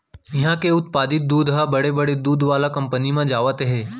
इहां के उत्पादित दूद ह बड़े बड़े दूद वाला कंपनी म जावत हे